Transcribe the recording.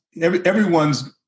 Everyone's